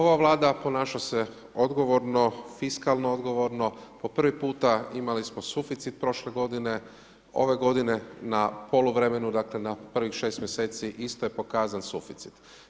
Ova vlada ponaša se odgovorno, fiskalno odgovorno, po prvi puta imali smo suficit prošle g. ove g. na poluvremenu, dakle, na prvih 6 mj. isto je pokazan suficit.